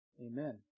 Amen